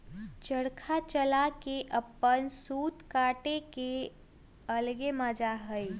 चरखा चला के अपन सूत काटे के अलगे मजा हई